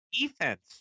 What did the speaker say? defense